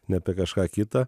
ne apie kažką kita